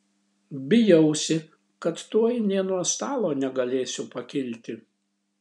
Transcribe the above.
bijausi kad tuoj nė nuo stalo negalėsiu pakilti